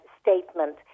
statement